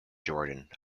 jordan